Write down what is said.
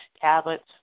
tablets